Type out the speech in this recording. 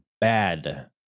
bad